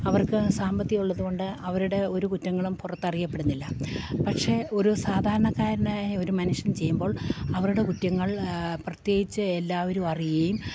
അവർക്ക് സാമ്പത്തികം ഉള്ളതുകൊണ്ട് അവരുടെ ഒരു കുറ്റങ്ങളും പുറത്ത് അറിയപ്പെടുന്നില്ല പക്ഷെ ഒരു സാധാരണക്കാരനായി ഒരു മനുഷ്യൻ ചെയ്യുമ്പോൾ അവരുടെ കുറ്റങ്ങൾ പ്രത്യേകിച്ച് എല്ലാവരും അറിയുകയും